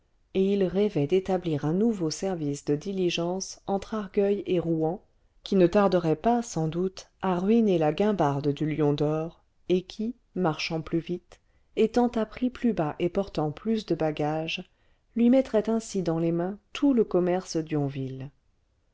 et il rêvait d'établir un nouveau service de diligences entre argueil et rouen qui ne tarderait pas sans doute à ruiner la guimbarde du lion d'or et qui marchant plus vite étant à prix plus bas et portant plus de bagages lui mettrait ainsi dans les mains tout le commerce